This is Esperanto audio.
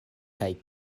kaj